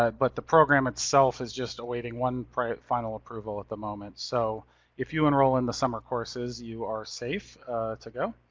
um but the program itself is just awaiting one final approval at the moment. so if you enroll in the summer courses, you are safe to go.